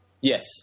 Yes